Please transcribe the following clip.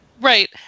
Right